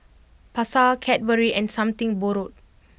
Pasar Cadbury and Something Borrowed